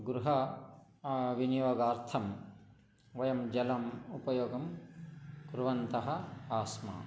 गृह विनियोगार्थं वयं जलम् उपयोगं कुर्वन्तः आस्म